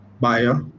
buyer